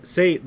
Say